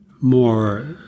more